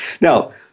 Now